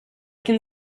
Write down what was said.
can